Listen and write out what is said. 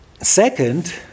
Second